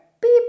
beep